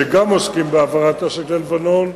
שגם הם עוסקים בהעברת נשק ללבנון.